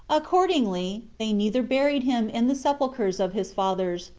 accordingly, they neither buried him in the sepulchers of his fathers,